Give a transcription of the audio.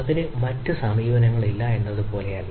അതിനു മറ്റ് സമീപനങ്ങളില്ല എന്നതുപോലെയല്ല